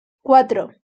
cuatro